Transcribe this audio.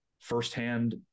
firsthand